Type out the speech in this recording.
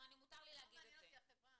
לא מעניינת אותי החברה.